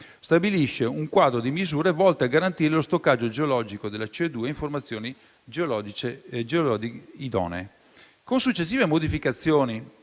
stabilisce un quadro di misure volte a garantire lo stoccaggio geologico della CO2 in formazioni geologiche idonee. Con successive modificazioni